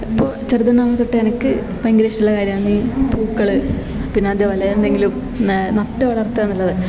അപ്പോൾ ചെറുത് നാൾ തൊട്ടേ എനിക്ക് ഭയങ്കര ഇഷ്ടമുള്ള കാര്യമാന്ന് ഈ പൂക്കൾ പിന്നെ അതേപോലെ എന്തെങ്കിലും നട്ട് വളർത്തുകാന്നുള്ളത്